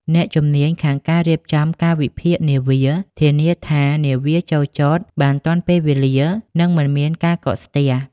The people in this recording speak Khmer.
អ្នកជំនាញខាងការរៀបចំកាលវិភាគនាវា ធានាថានាវាចូលចតបានទាន់ពេលវេលា និងមិនមានការកកស្ទះ។